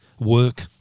work